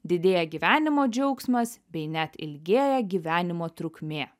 didėja gyvenimo džiaugsmas bei net ilgėja gyvenimo trukmė